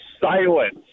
silence